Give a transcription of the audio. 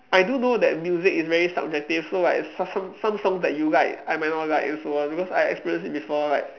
I do know that music is very subjective so like some some some songs that you like I might not like also ah because I experience it before like